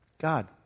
God